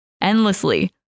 endlessly